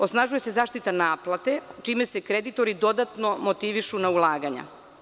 Osnažuje se zaštita naplate, čime se kreditori dodatno motivišu na ulaganja.